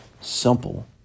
Simple